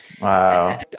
Wow